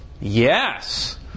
Yes